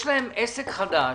יש להם עסק חדש